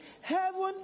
heaven